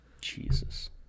Jesus